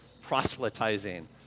Proselytizing